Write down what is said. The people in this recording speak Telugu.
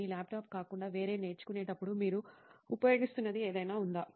మీ ల్యాప్టాప్ కాకుండా వేరే నేర్చుకునేటప్పుడు మీరు ఉపయోగిస్తున్నది ఏదైనా ఉందా